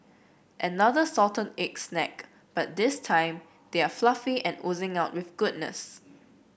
another salted egg snack but this time they are fluffy and oozing with goodness